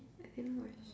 I didn't watch